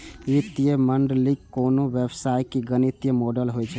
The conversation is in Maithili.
वित्तीय मॉडलिंग कोनो व्यवसायक गणितीय मॉडल होइ छै